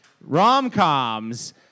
Rom-coms